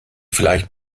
vielleicht